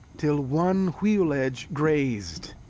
till one wheel-edge grazed.